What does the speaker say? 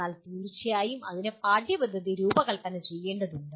എന്നാൽ തീർച്ചയായും അതിന് പാഠ്യപദ്ധതി പുനർരൂപകൽപ്പന ചെയ്യേണ്ടതുണ്ട്